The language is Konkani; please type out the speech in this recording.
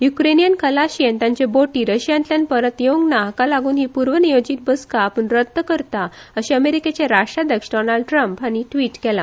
युक्रेनियन खलाशी आनी तांच्यो बोटी रशियातल्यान परत येवंक ना हाका लागून ही पूर्वनियोजित बसका आपूण रद्द करता अशें ट्विट अमेरीकेचे राष्ट्राध्यक्ष डॉनाल्ड ट्रम्प हांणी केला